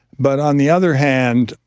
but on the other hand,